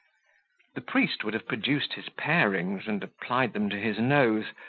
the priest would have produced his parings and applied them to his nose,